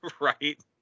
Right